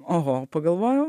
oho pagalvojau